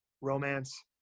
romance